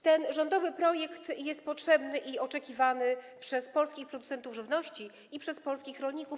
Ten rządowy projekt jest potrzebny i oczekiwany przez polskich producentów żywności i przez polskich rolników.